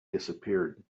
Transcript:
disappeared